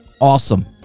awesome